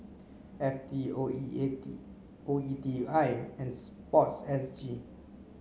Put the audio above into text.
F T O E I T O E T I and sport S G